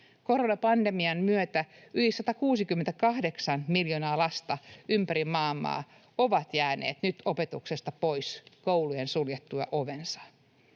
Koronapandemian myötä yli 168 miljoonaa lasta ympäri maailmaa on jäänyt nyt opetuksesta pois koulujen suljettua ovensa.